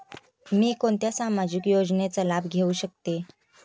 मी कोणत्या सामाजिक योजनेचा लाभ घेऊ शकते?